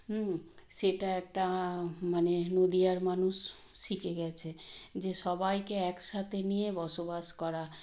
হুম সেটা একটা মানে নদীয়ার মানুষ শিখে গেছে যে সবাইকে একসাথে নিয়ে বসবাস করা